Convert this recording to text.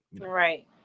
Right